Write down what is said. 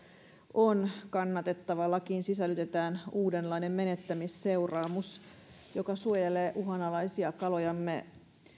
on kannatettava lakiin sisällytetään uudenlainen menettämisseuraamus joka suojelee uhanalaisia kalojamme